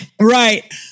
right